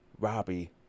Robbie